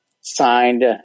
signed